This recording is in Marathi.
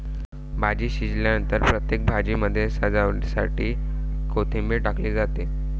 भाजी शिजल्यानंतर प्रत्येक भाजीमध्ये सजावटीसाठी कोथिंबीर टाकली जाते